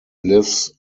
lives